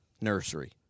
nursery